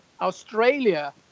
Australia